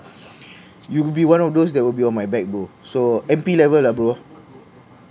you would be one of those that will be on my back bro so M_P level lah bro